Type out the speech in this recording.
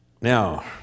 Now